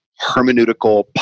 hermeneutical